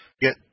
get